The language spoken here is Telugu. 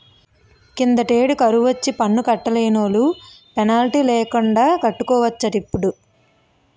కిందటేడు కరువొచ్చి పన్ను కట్టలేనోలు పెనాల్టీ లేకండా కట్టుకోవచ్చటిప్పుడు